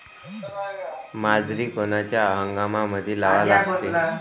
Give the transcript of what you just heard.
बाजरी कोनच्या हंगामामंदी लावा लागते?